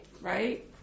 right